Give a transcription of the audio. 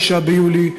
9 ביולי,